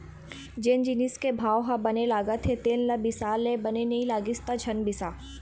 जेन जिनिस के भाव ह बने लागत हे तेन ल बिसा ले, बने नइ लागिस त झन बिसा